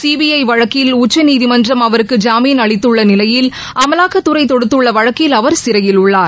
CBI வழக்கில் உச்சநீதிமன்றம் அவருக்கு ஜாமீன் அளித்துள்ள நிலையில் அமலாக்கத்துறை தொடுத்துள்ள வழக்கில் அவர் சிறையில் உள்ளார்